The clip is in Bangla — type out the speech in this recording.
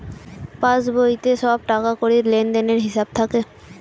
পাসবইতে সব টাকাকড়ির লেনদেনের হিসাব থাকে